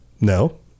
No